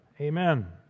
Amen